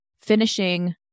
finishing